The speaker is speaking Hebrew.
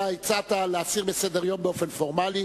אתה הצעת להסיר מסדר-היום באופן פורמלי.